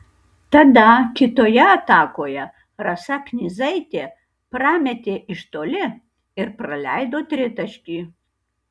tada kitoje atakoje rasa knyzaitė prametė iš toli ir praleido tritaškį